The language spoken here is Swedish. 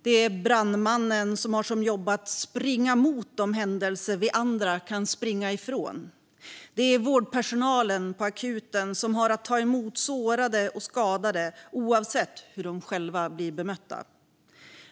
Det är brandmannen som har som jobb att springa mot de händelser vi andra kan springa ifrån. Det är vårdpersonalen på akuten som har att ta emot sårade och skadade oavsett hur de själva blir bemötta.